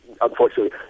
Unfortunately